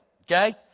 Okay